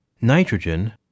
Nitrogen